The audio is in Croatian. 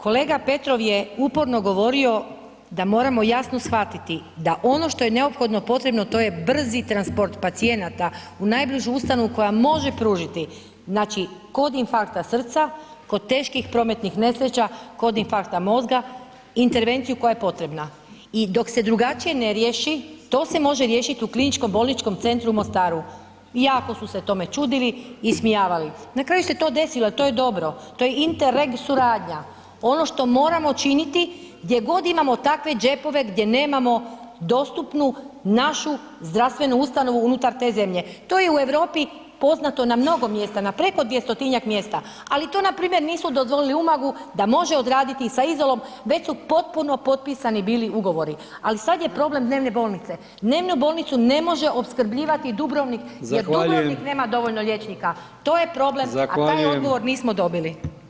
Kolega Petrov je uporno govorio da moramo jasno shvatiti da ono što je neophodno potrebno to je brzi transport pacijenata u najbližu ustanovu koja može pružiti, znači kod infarkta srca, kod teških prometnih nesreća, kod infarkta mozga, intervenciju koja je potrebna i dok se drugačije ne riješi to se može riješit u KBC u Mostaru, jako su se tome čudili i ismijavali, na kraju se to desilo, to je dobro, to je interreg suradnja, ono što moramo činiti gdje god imamo takve džepove gdje nemamo dostupnu našu zdravstvenu ustanovu unutar te zemlje, to je u Europi poznato na mnogo mjesta, na preko 200-tinjak mjesta, ali to npr. nisu dozvolili u Umagu da može odraditi sa Izolom već su potpuno potpisani bili ugovori, ali sad je problem dnevne bolnice, dnevnu bolnicu ne može opskrbljivati Dubrovnik [[Upadica: Zahvaljujem]] jer Dubrovnik nema dovoljno liječnika, to je problem [[Upadica: Zahvaljujem]] a taj odgovor nismo dobili.